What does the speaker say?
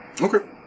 Okay